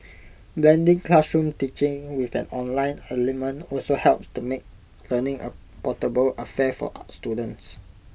blending classroom teaching with an online element also helps to make learning A portable affair for students